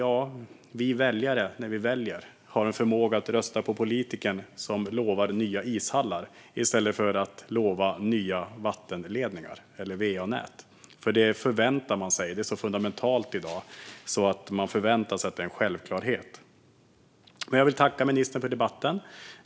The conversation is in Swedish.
Ja, vi väljare har när vi väljer en förmåga att rösta på politikern som lovar nya ishallar i stället för att lova nya vattenledningar eller va-nät. Det förväntar man sig. Det är så fundamentalt i dag att man förväntar sig det som en självklarhet. Jag vill tacka ministern för debatten.